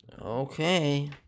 Okay